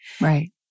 Right